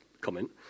comment